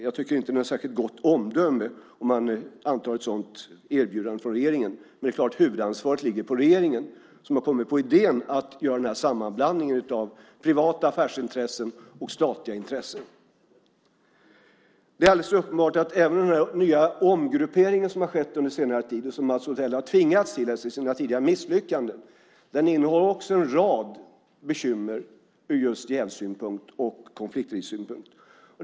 Det är inte fråga om ett särskilt gott omdöme att anta ett sådant erbjudande från regeringen. Men huvudansvaret ligger på regeringen som har kommit på idén att göra denna sammanblandning av privata affärsintressen och statliga intressen. Det är alldeles uppenbart att även den nya omgruppering som har skett under senare tid, som Mats Odell har tvingats till efter sina tidigare misslyckanden, innehåller en rad bekymmer ur jävssynpunkt och konfliktrisksynpunkt.